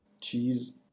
Cheese